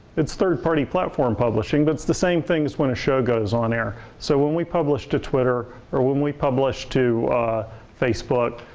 it's third party platform publishing, but it's the same thing as when a show goes on air. so when we publish to twitter or when we publish to facebook,